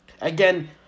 Again